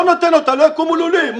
לא נותן אותה, לא יקומו לולים.